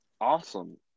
Awesome